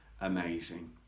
Amazing